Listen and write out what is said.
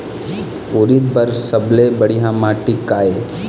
उरीद बर सबले बढ़िया माटी का ये?